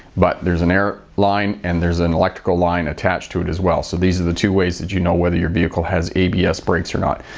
but there's an air line and there's an electrical line attached to it as well. so these are the two ways that you know whether your vehicle has abs brakes, or not.